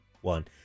one